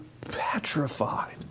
petrified